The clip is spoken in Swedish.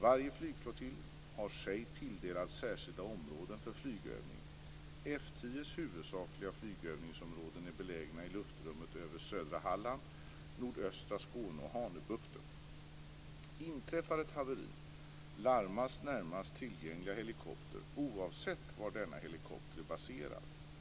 Varje flygflottilj har fått sig tilldelad särskilda områden för flygövning. F 10:s huvudsakliga flygövningsområden är belägna i luftrummet över södra Halland, nordöstra Skåne och Hanöbukten. Om ett haveri inträffar larmas närmast tillgängliga helikopter, oavsett var denna helikopter är baserad.